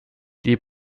die